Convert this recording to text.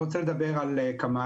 ראשית,